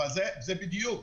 זה בדיוק.